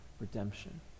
redemption